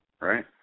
right